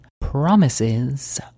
promises